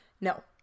No